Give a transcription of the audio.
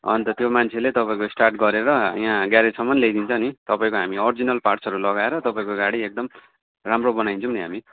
अन्त त्यो मान्छेले तपाईँको स्टार्ट गरेर यहाँ ग्यारेजसम्म ल्याइदिन्छ नि तपाईँको हामी अर्जिनल पार्ट्सहरू लगाएर तपाईँको गाडी एकदम राम्रो बनाइदिन्छौँ नि हामी